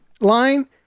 line